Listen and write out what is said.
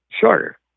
shorter